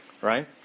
Right